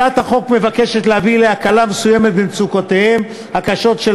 הצעת החוק מבקשת להביא להקלה מסוימת במצוקותיהם הקשות של